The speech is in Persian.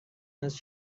است